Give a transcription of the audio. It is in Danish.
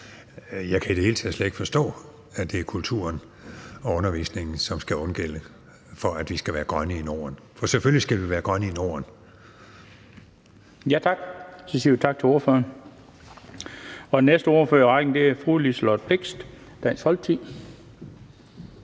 Jeg kan i det hele taget slet ikke forstå, at det er kulturen og undervisningen, som skal undgælde for, at vi skal være grønne i Norden – for selvfølgelig skal vi være grønne i Norden. Kl. 13:42 Den fg. formand (Bent Bøgsted): Så siger vi tak til ordføreren. Og den næste ordfører i rækken er fru Liselott Blixt, Dansk Folkeparti.